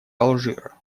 алжира